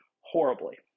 horribly